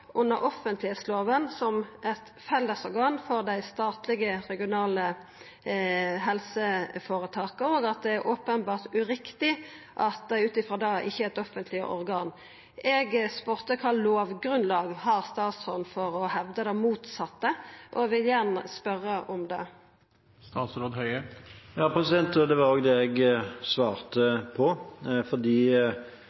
at det er openbert uriktig at det ut frå det ikkje er eit offentleg organ. Eg spurde kva lovgrunnlag statsråden har for å hevda det motsette, og eg vil igjen spørja om det. Det var også det jeg svarte